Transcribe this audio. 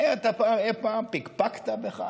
האם אי-פעם פקפקת בכך?